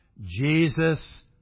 Jesus